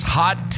hot